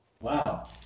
Wow